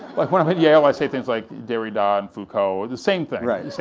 like when i'm at yale, i say things like, derrida and foucult, the same thing,